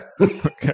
okay